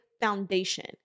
foundation